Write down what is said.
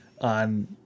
on